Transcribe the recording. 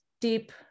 deep